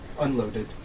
unloaded